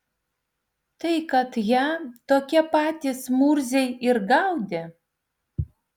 tai kad ją tokie patys murziai ir gaudė